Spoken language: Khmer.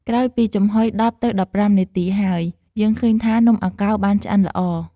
ក្រោយពីចំហុយ១០ ទៅ១៥នាទីហើយ យើងឃើញថា នំអាកោរបានឆ្អិនល្អ។